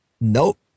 Nope